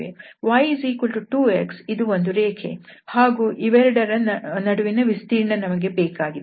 y2x ಇದು ಒಂದು ರೇಖೆ ಹಾಗೂ ಇವೆರಡರ ನಡುವಿನ ವಿಸ್ತೀರ್ಣ ನಮಗೆ ಬೇಕಾಗಿದೆ